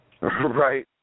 Right